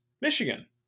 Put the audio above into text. Michigan